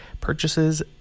Purchases